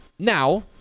Now